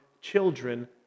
children